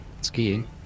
Skiing